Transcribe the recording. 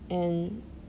and